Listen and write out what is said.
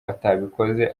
atabikoze